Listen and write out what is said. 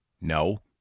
no